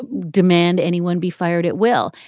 ah demand anyone be fired at will.